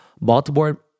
Baltimore